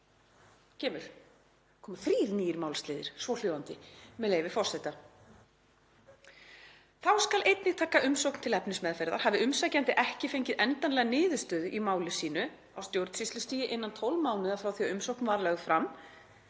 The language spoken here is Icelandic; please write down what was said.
eins og það er í frumvarpinu, með leyfi forseta: „Þá skal einnig taka umsókn til efnismeðferðar hafi umsækjandi ekki fengið endanlega niðurstöðu í máli sínu á stjórnsýslustigi innan 12 mánaða frá því að umsókn var lögð fram